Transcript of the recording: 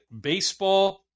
baseball